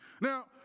Now